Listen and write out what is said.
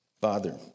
Father